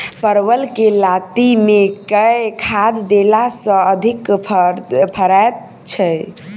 परवल केँ लाती मे केँ खाद्य देला सँ अधिक फरैत छै?